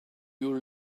you